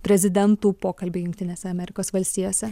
prezidentų pokalbiai jungtinėse amerikos valstijose